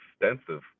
extensive